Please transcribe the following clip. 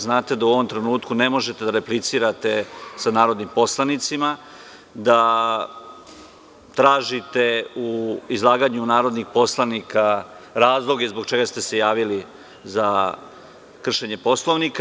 Znate da u ovom trenutku ne možete da replicirate sa narodnim poslanicima, da tražite u izlaganju narodnih poslanike razloge zbog čega ste se javili za kršenje Poslovnika.